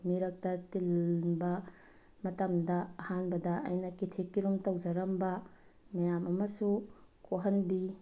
ꯃꯤꯔꯛꯇ ꯇꯤꯟꯕ ꯃꯇꯝꯗ ꯑꯍꯥꯟꯕꯗ ꯑꯩꯅ ꯀꯤꯊꯤ ꯀꯤꯔꯨꯝ ꯇꯧꯖꯔꯝꯕ ꯃꯌꯥꯝ ꯑꯃꯁꯨ ꯀꯣꯛꯍꯟꯕꯤ